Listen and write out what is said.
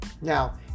Now